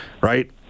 right